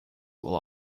will